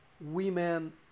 women